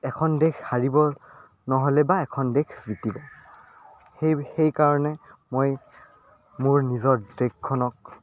এখন দেশ হাৰিব বা নহ'লে এখন দেশ জিকিব সেই সেইকাৰণে মই মোৰ নিজৰ দেশখনক